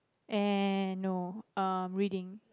and no um reading